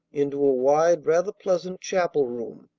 into a wide, rather pleasant, chapel room.